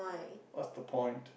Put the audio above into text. what's the point